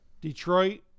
Detroit